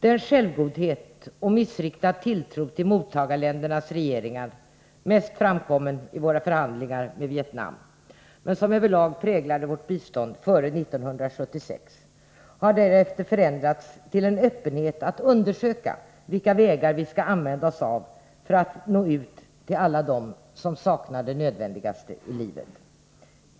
Den självgodhet och missriktade tilltro till mottagarländernas regeringar som tydligast kommit fram i våra förhandlingar med Vietnam men som över lag präglade vårt bistånd före 1976 har därefter förändrats till en öppenhet när det gäller att undersöka vilka vägar vi skall använda oss av för att nå ut till alla dem som saknar det nödvändigaste i livet.